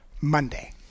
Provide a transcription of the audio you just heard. Monday